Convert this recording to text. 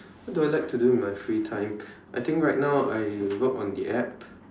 what do I like to do in my free time I think right now I work on the App